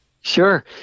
Sure